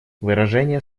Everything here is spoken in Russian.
выражение